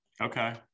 okay